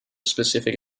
specific